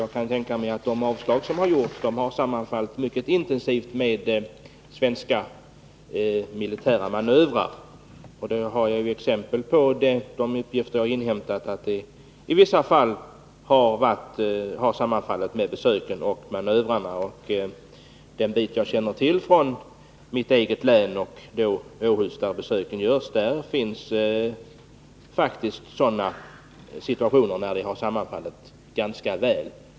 Jag kan tänka mig att de avslag som meddelats har berott på att besöken intensivt sammanfallit med svenska militära manövrer. I mitt eget hemlän finns exempel på fartygsbesök i Åhus som sammanfallit ganska väl med militära manövrer.